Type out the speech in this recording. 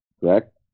Correct